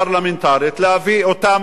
להביא אותם שרים,